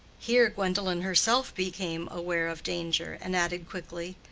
here gwendolen herself became aware of danger, and added quickly,